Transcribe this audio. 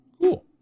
Cool